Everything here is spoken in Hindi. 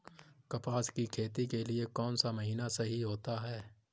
कपास की खेती के लिए कौन सा महीना सही होता है?